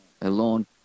alone